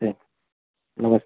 नमस